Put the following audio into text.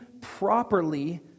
properly